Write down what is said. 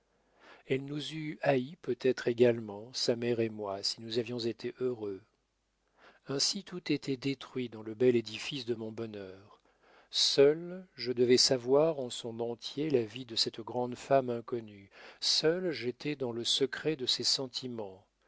elle nous eût haïs peut-être également sa mère et moi si nous avions été heureux ainsi tout était détruit dans le bel édifice de mon bonheur seul je devais savoir en son entier la vie de cette grande femme inconnue seul j'étais dans le secret de ses sentiments